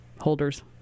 holders